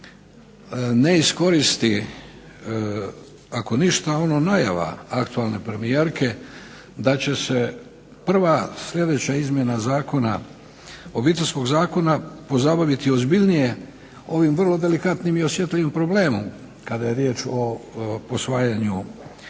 ne iskoristi ako ništa, a ono najava aktualne premijerke da će se prva sljedeća izmjena Obiteljskog zakona pozabaviti ozbiljnije ovim vrlo delikatnim i osjetljivim problemom kada je riječ o posvajanju djece.